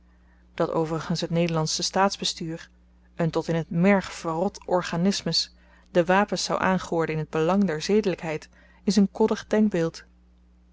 dat overigens het nederlandsche staatsbestuur een tot in t merg verrot organismus de wapens zou aangorden in t belang der zedelykheid is n koddig denkbeeld